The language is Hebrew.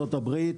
בארצות הברית,